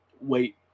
wait